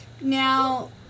now